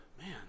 man